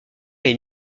est